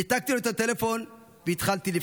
ניתקתי לו את הטלפון והתחלתי לבכות.